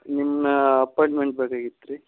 ನಿಮ್ಮ ಅಪಾಂಯ್ಟ್ಮೆಂಟ್ ಬೇಕಾಗಿತ್ತು ರೀ